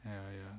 ya ya